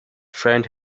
friend